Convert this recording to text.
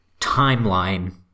timeline